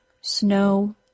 snow